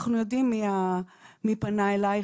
אנחנו יודעים מי פנה אליך,